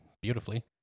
beautifully